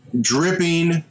Dripping